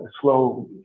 slow